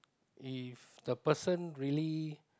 if the person really